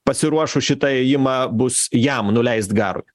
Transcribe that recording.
pasiruošus šitą ėjimą bus jam nuleist garui